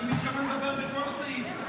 אני מתכוון לדבר בכל סעיף.